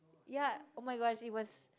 ya oh-my-god it was